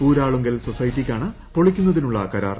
ഊരാളുങ്കൽ സൊസൈറ്റിയ്ക്കാണ് പൊളിക്കുന്നതിനുള്ള കരാർ